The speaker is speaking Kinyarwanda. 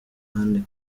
anne